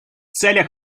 целях